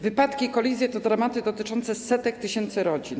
Wypadki i kolizje to dramaty dotyczące setek tysięcy rodzin.